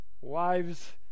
Wives